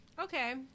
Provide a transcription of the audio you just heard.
Okay